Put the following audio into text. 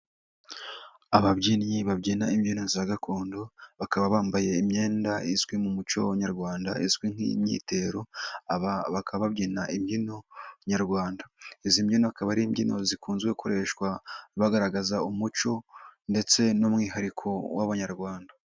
Ababyinnyi babyina imbyino za gakondo bakaba bambaye imyenda izwi mu muco nyayarwanda izwi nk'imyitero aba bakaba babyina imbyino nyarwanda, izi mbyino akaba ari imbyino zikunzwe gukoreshwa bagaragaza umuco ndetse n'umwihariko w'abanyarwanda.